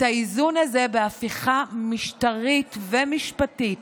את האיזון הזה, בהפיכה משטרית ומשפטית,